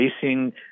facing